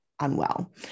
unwell